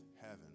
heaven